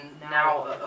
now